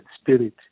Spirit